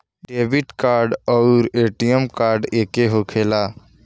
Debit card आउर ATM card एके होखेला?